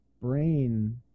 brain